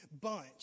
bunch